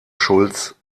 schultz